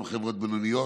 גם חברות בינוניות,